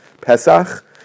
Pesach